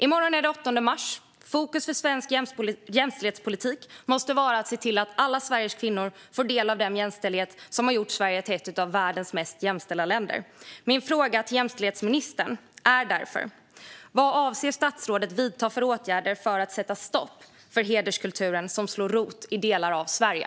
I morgon är det den 8 mars. Fokus för svensk jämställdhetspolitik måste vara att se till att alla Sveriges kvinnor får ta del av den jämställdhet som har gjort Sverige till ett av världens mest jämställda länder. Min fråga till jämställdhetsministern är därför: Vilka åtgärder avser statsrådet att vidta för att sätta stopp för hederskulturen som slår rot i delar av Sverige?